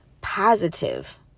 positive